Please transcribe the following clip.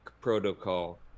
protocol